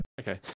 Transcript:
Okay